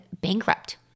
bankrupt